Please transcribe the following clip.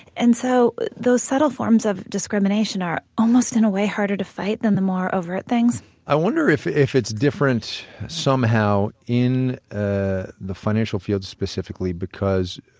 and so those subtle forms of discrimination are almost in a way harder to fight than the more overt things i wonder if if it's different somehow in ah the financial field, specifically because,